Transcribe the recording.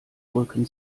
drücken